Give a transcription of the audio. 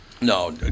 No